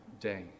day